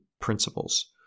principles